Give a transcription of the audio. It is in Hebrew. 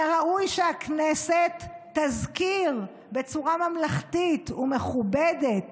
הראוי שהכנסת תזכיר בצורה ממלכתית ומכובדת